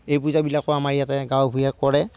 এই পূজাবিলাকো আমাৰ ইয়াতে গাঁৱে ভূয়ে কৰে